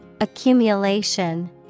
Accumulation